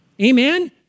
Amen